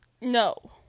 No